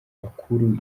makuru